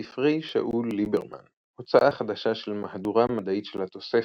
ספרי שאול ליברמן הוצאה חדשה של מהדורה מדעית של התוספתא,